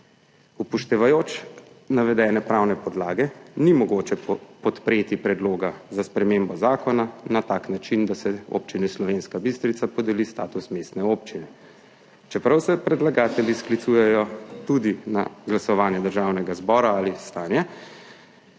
Upoštevajoč navedene pravne podlage ni mogoče podpreti predloga za spremembo zakona na tak način, da se Občini Slovenska Bistrica podeli status mestne občine, čeprav se predlagatelji sklicujejo tudi na glasovanje Državnega zbora ali stanje,